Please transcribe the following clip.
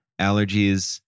allergies